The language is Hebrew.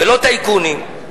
ולא טייקונים,